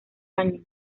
año